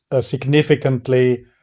significantly